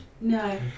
No